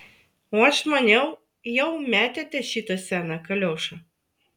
o aš maniau jau metėte šitą seną kaliošą